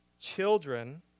Children